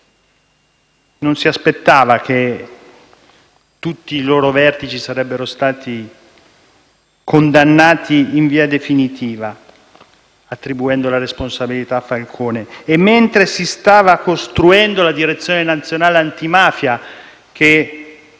non si aspettava che tutti i suoi vertici sarebbero stati condannati in via definitiva (di questo attribuendo la responsabilità a Falcone), e mentre si stava costruendo la Direzione nazionale antimafia, che